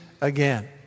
again